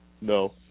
No